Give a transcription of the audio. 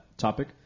Topic